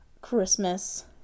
Christmas